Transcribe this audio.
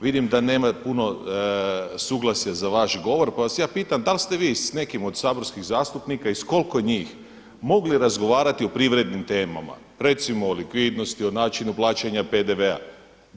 Vidim da nema puno suglasja za vaš govor, pa vas ja pitam da li ste vi s nekim od saborskih zastupnika i s koliko njih mogli razgovarati o privrednim temama, recimo o likvidnosti, o načinu plaćanja PDV-a.